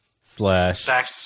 Slash